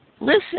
listen